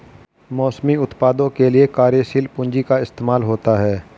मौसमी उत्पादों के लिये कार्यशील पूंजी का इस्तेमाल होता है